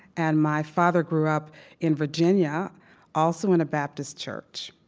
and my father grew up in virginia also in a baptist church.